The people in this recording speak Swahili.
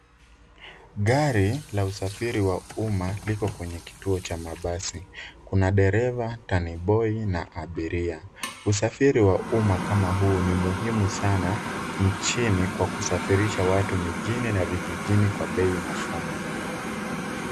Gari la usafiri wa umma liko kwenye kituo cha mabasi. Kuna dereva, taniboi na abiria. Usafiri wa umma kama huu ni muhimu sana nchini kwa kusafirisha watu mijini na vijijini kwa bei nafuu.